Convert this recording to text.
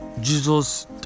Jesus